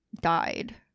died